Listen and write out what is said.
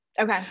Okay